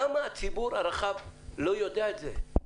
למה הציבור הרחב לא יודע את זה?